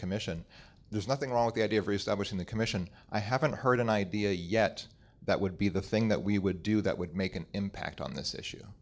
commission there's nothing wrong with the idea of reestablishing the commission i haven't heard an idea yet that would be the thing that we would do that would make an impact on this issue